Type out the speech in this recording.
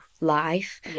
life